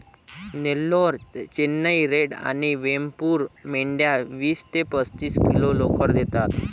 Nellore, Chennai red आणि वेमपूर मेंढ्या वीस ते पस्तीस किलो लोकर देतात